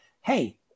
Hey